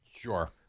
Sure